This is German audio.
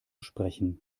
sprechen